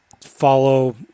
follow